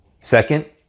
Second